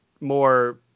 more